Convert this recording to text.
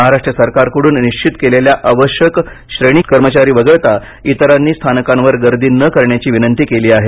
महाराष्ट्र सरकारकडून निश्चित केलेल्या आवश्यक श्रेणी कर्मचार्यांगना वगळता इतरांनी स्थानकांवर गर्दी न करण्याची विनंती केली आहे